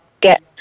get